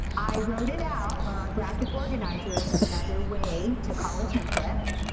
i wrote it out, or our graphic organizer is another way to call a template.